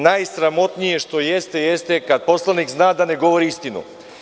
Najsramotnije što jeste jeste kada poslanik zna da ne govori istinu.